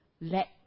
Let